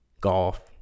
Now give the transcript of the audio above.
golf